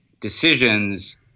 decisions